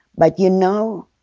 but you know,